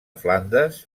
flandes